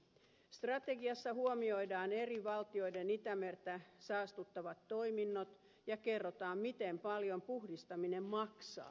strategiassa huomioidaan eri valtioiden itämerta saastuttavat toiminnot ja kerrotaan miten paljon puhdistaminen maksaa